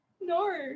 No